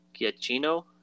Giacchino